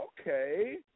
okay